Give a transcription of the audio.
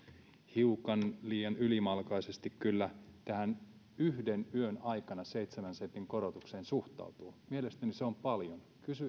hiukan liian ylimalkaisesti kyllä tähän yhden yön aikana seitsemän sentin korotukseen suhtautuvat mielestäni se on paljon